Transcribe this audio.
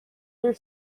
their